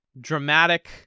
dramatic